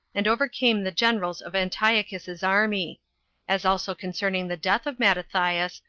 and overcame the generals of antiochus's army as also concerning the death of mattathias,